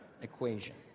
equation